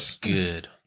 good